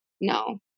no